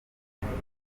ijambo